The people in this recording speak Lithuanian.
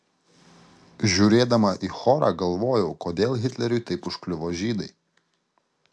žiūrėdama į chorą galvojau kodėl hitleriui taip užkliuvo žydai